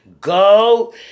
Go